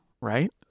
right